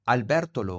Alberto